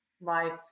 life